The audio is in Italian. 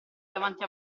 davanti